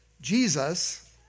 Jesus